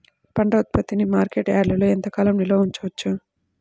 పంట ఉత్పత్తిని మార్కెట్ యార్డ్లలో ఎంతకాలం నిల్వ ఉంచవచ్చు?